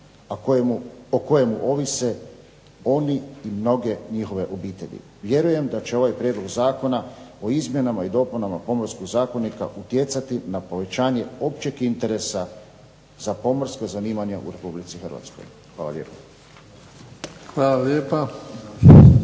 o kojemu ovise oni i mnoge njihove obitelji. Vjerujem da će ovaj Prijedlog zakona o izmjenama i dopunama Pomorskog zakonika utjecati na povećanje općeg interesa za pomorska zanimanja u Republici Hrvatskoj. Hvala lijepa.